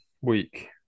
week